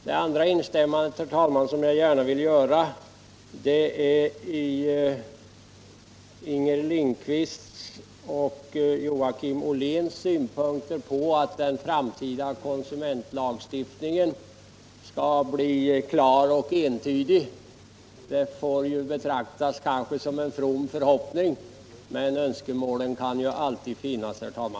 Det andra instämmandet som jag gärna vill göra avser Inger Lindquists och Joakim Olléns synpunkter på att den framtida konsumentlagstiftningen skall bli klar och entydig. Att så blir fallet får kanske betraktas som en from förhoppning, men önskemålet härom bör vi, herr talman, beakta.